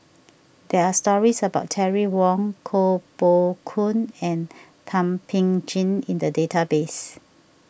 there are stories about Terry Wong Koh Poh Koon and Thum Ping Tjin in the database